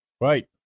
Right